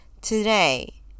Today